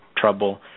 Trouble